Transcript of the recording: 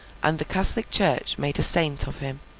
and the catholic church made a saint of him